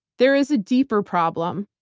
there is a deeper problem.